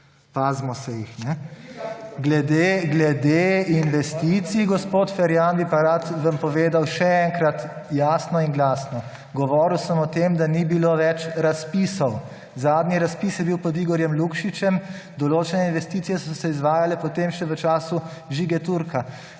pazimo se jih. Glede investicij, gospod Ferjan, bi pa rad vam povedal še enkrat jasno in glasno. Govoril sem o tem, da ni bilo več razpisov. Zadnji razpis je bil pod Igorjem Lukšičem, določene investicije so se izvajale potem še v času Žige Turka.